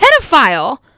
pedophile